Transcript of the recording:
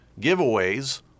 giveaways